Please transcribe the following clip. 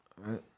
right